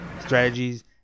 strategies